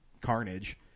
carnage